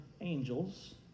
angels